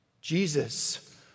Jesus